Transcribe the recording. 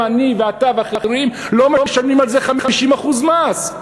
למה אני ואתה ואחרים לא משלמים על זה 50% מס?